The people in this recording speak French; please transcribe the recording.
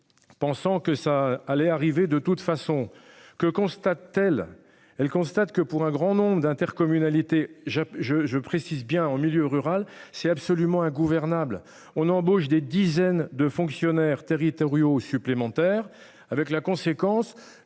Pensant que ça allait arriver de toute façon que, constate-t-elle. Elle constate que pour un grand nombre d'intercommunalités. Je je je précise bien en milieu rural, c'est absolument ingouvernables. On embauche des dizaines de fonctionnaires territoriaux supplémentaire avec la conséquence